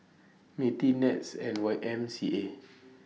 Mti Nets and Y M C A